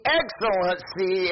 excellency